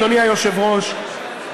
אדוני היושב-ראש,